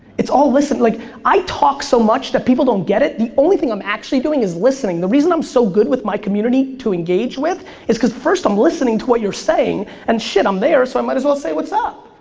it's all listening. like i talk so much that people don't get it, the only thing i'm actually doing is listening. the reason i'm so good with my community to engage with is because first i'm listening to what you're saying, and shit, i'm there, so i might as well say what's up?